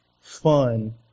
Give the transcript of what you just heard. fun